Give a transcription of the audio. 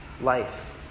life